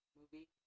movie